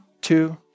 two